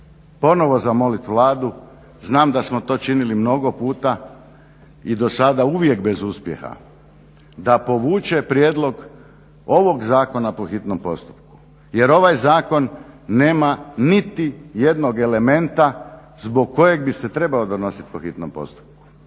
ponovo zamoliti Vladu, znam da smo to činili mnogo puta i do sada uvijek bez uspjeha, da povuče prijedlog ovog zakona po hitnom postupku jer ovaj Zakon nema niti jednog elementa zbog kojeg bi se trebao donositi po hitnom postupku